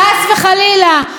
חס וחלילה,